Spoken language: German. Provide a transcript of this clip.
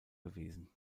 gewesen